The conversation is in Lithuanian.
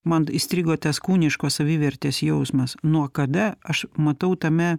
man įstrigo tas kūniškos savivertės jausmas nuo kada aš matau tame